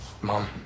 Mom